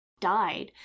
died